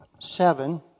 seven